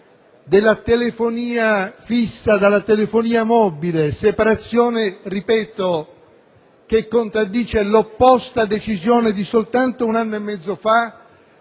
della telefonia fissa da quella mobile. Una separazione, lo ripeto, che contraddice l'opposta decisione assunta soltanto un anno e mezzo fa,